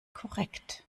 korrekt